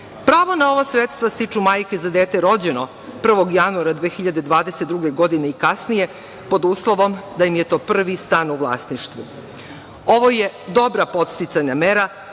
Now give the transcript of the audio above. Pravo na ova sredstva stiču majke za dete rođeno 1. januara 2022. godine i kasnije, pod uslovom da im je to prvi stan u vlasništvu. Ovo je dobra podsticajna mera